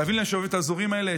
חייבים ליישב את האזורים האלה,